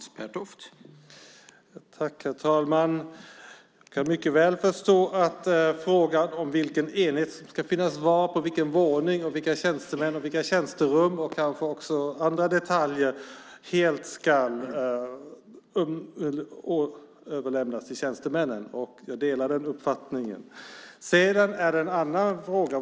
Herr talman! Jag kan mycket väl förstå att vilken enhet som ska finnas var och på vilken våning, vilka tjänster och vilka tjänsterum som ska finnas, och kanske också andra detaljer helt ska överlämnas till tjänstemännen. Jag delar den uppfattningen. Det finns också en annan fråga.